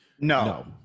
No